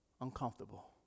uncomfortable